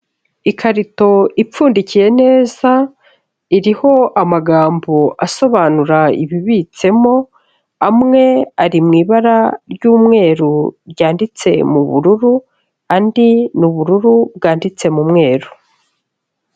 Ikarito ipfundikiye neza, iriho amagambo asobanura ibibitsemo, amwe ari mu ibara ry'umweru, ryanditse mubu bururu andi ni ubururu bwanditse mu mweru.